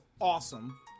awesome